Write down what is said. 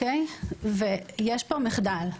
יש פה מחדל.